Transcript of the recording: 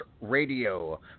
Radio